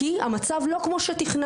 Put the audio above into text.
כי המצב לא כמו שתכננו.